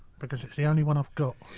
because it's the only one i've got.